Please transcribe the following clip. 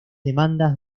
demandas